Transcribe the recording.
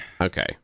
okay